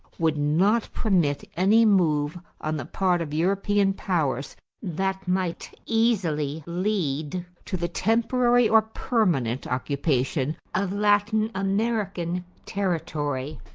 would not permit any move on the part of european powers that might easily lead to the temporary or permanent occupation of latin-american territory.